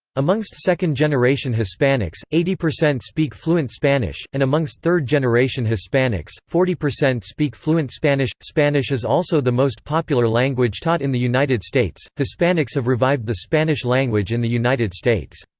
amongst second-generation hispanics, eighty percent speak fluent spanish, and amongst third-generation hispanics, forty percent speak fluent spanish. spanish is also the most popular language taught in the united states hispanics have revived the spanish language in the united states.